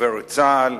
דובר צה"ל,